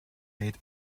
late